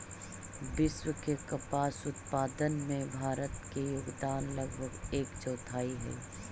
विश्व के कपास उत्पादन में भारत के योगदान लगभग एक चौथाई हइ